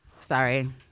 Sorry